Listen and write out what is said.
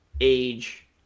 age